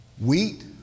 wheat